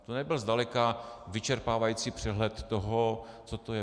To nebyl zdaleka vyčerpávající přehled toho, co to je.